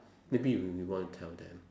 maybe you you want to tell them